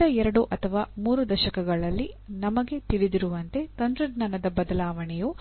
ಕಳೆದ ಎರಡು ಅಥವಾ ಮೂರು ದಶಕಗಳಲ್ಲಿ ನಮಗೆ ತಿಳಿದಿರುವಂತೆ ತಂತ್ರಜ್ಞಾನದ ಬದಲಾವಣೆಯ ದರವು